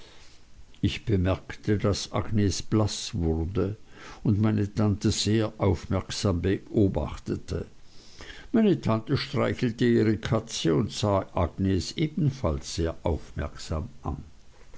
ich bemerkte daß agnes blaß wurde und meine tante sehr aufmerksam beobachtete meine tante streichelte ihre katze und sah agnes ebenfalls sehr aufmerksam an